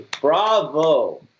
bravo